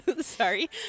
Sorry